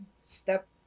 step